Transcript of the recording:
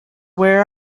wear